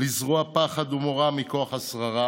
לזרוע פחד ומורא מכוח השררה,